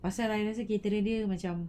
pasal ah caterer dia macam